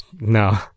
no